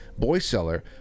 Boyseller